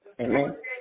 Amen